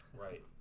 Right